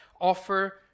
offer